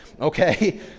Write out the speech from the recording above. Okay